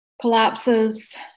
collapses